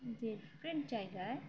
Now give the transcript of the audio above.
যে ডিফ্রেন্ট জায়গা